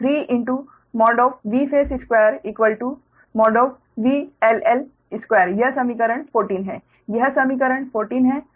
तो 3magnitude Vphase2magnitude VL L2 यह समीकरण 14 है यह समीकरण 14 है